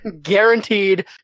Guaranteed